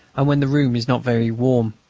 and when the room is not very warm.